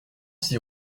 six